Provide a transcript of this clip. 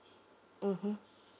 mmhmm